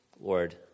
Lord